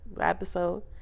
episode